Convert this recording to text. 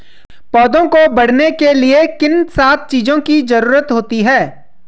पौधों को बढ़ने के लिए किन सात चीजों की जरूरत होती है?